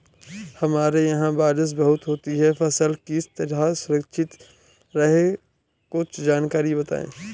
हमारे यहाँ बारिश बहुत होती है फसल किस तरह सुरक्षित रहे कुछ जानकारी बताएं?